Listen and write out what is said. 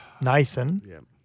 Nathan